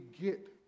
get